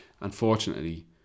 Unfortunately